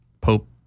Pope